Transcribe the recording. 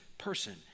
person